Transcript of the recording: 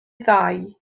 ddau